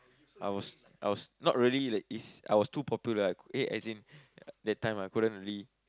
I was I was not really like is I was too popular ah eh as in that time I couldn't really